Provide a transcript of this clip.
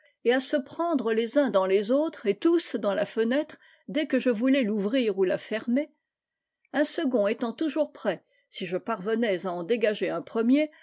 et à se prendre les uns dans les autres et tous dans la fenêtre dès que je voulais l'ouvrir ou la fermer un second étant toujours prêt si je parvenais à en dégager un premier